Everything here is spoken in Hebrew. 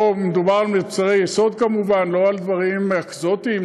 מדובר כמובן על מוצרי יסוד ולא על דברים אקזוטיים,